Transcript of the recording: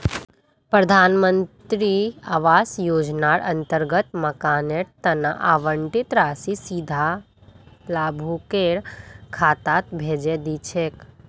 प्रधान मंत्री आवास योजनार अंतर्गत मकानेर तना आवंटित राशि सीधा लाभुकेर खातात भेजे दी छेक